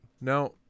now